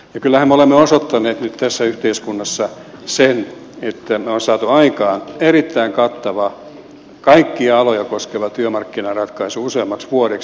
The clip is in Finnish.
kyllähän me olemme osoittaneet nyt tässä yhteiskunnassa sen että me olemme saaneet aikaan erittäin kattavan kaikkia aloja koskevan työmarkkinaratkaisun useammaksi vuodeksi